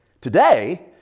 Today